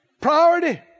priority